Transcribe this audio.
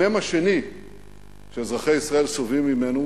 המ"ם השני שאזרחי ישראל סובלים ממנו,